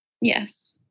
Yes